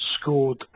scored